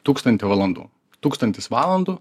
tūkstantį valandų tūkstantis valandų